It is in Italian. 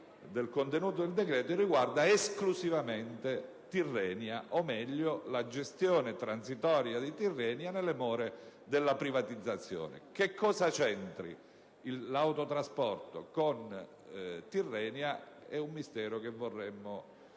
del contenuto del decreto recata dal titolo, esclusivamente Tirrenia, o meglio la gestione transitoria di Tirrenia nelle more della privatizzazione. Che cosa c'entri l'autotrasporto con Tirrenia è un mistero che vorremmo ci